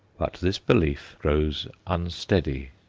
but this belief grows unsteady.